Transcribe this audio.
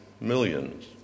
millions